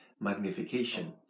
magnification